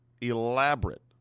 elaborate